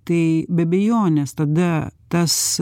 tai be abejonės tada tas